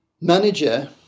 manager